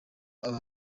aba